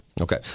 Okay